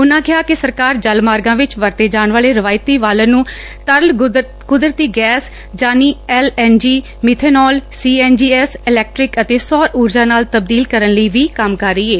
ਉਨੂੰ ਕਿਹਾ ਕਿ ਸਰਕਾਰ ਜਲ ਮਾਰਗਾਂ ਵਿਚ ਵਰਤੇ ਜਾਣ ਵਾਲੇ ਰਵਾਇਤੀ ਬਾਲਣ ਨੂੰ ਤਰਲ ਕੁਦਰਤੀ ਗੈਸ ਯਾਨੀ L N G methanol C N G ਐੱਸ ਇਲੈਕਟ੍ਟਿਨਕ ਅਤੇ ਸੌਰ ਉਰਜਾ ਨਾਲ ਤਬਦੀਲ ਕਰਨ ਲਈ ਵੀ ਕੰਮ ਕਰ ਰਹੀ ਏ